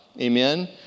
amen